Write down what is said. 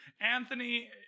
Anthony